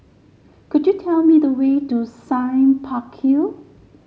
could you tell me the way to Sime Park Hill